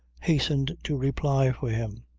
hastened to reply for him.